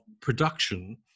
production